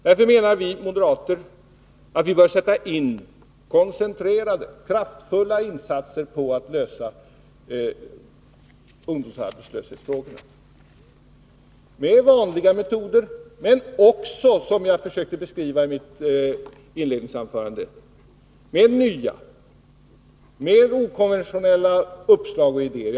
Därför menar vi moderater att vi bör sätta in koncentrerade, kraftfulla insatser på att lösa ungdomsarbetslöshetsfrågorna — med vanliga metoder, men också, som jag försökte beskriva i mitt inledningsanförande, med nya mer okonventionella uppslag och idéer.